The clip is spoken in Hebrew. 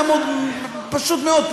פשוט מאוד.